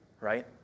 right